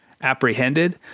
apprehended